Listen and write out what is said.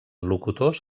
locutors